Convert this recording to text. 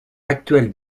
actuelle